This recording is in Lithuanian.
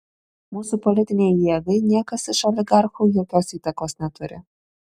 mūsų politinei jėgai niekas iš oligarchų jokios įtakos neturi